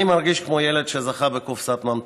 / אני מרגיש כמו ילד שזכה בקופסת ממתקים.